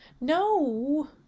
No